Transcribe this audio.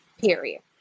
period